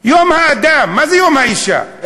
מה זה יום האישה?